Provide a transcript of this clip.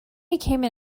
became